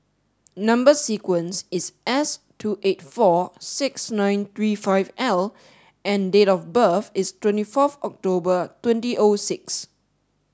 number sequence is S two eight four six nine three five L and date of birth is twenty four October two O six